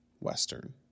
western